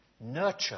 nurture